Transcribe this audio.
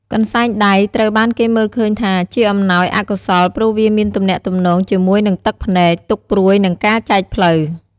កន្សែងដៃត្រូវបានគេមើលឃើញថាជាអំណោយអកុសលព្រោះវាមានទំនាក់ទំនងជាមួយនឹងទឹកភ្នែក ទុក្ខព្រួយ និងការចែកផ្លូវ។